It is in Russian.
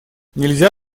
нельзя